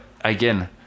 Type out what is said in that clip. again